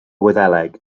wyddeleg